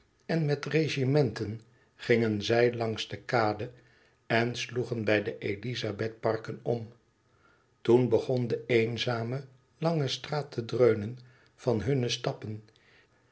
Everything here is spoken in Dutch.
en met regimenten gingen zij langs de kade en sloegen bij de elizabeth parken om toen begon de eenzame lange straat te dreunen van hunne stappen